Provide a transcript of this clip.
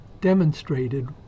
demonstrated